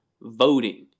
voting